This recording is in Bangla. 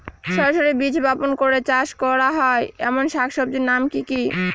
সরাসরি বীজ বপন করে চাষ করা হয় এমন শাকসবজির নাম কি কী?